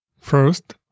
First